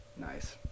Nice